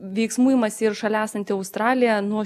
veiksmų imasi ir šalia esanti australija nuo